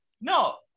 No